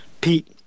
Pete